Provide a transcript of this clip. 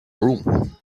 room